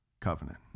covenant